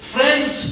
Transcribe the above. Friends